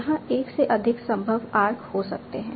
यहां एक से अधिक संभव आर्क हो सकते हैं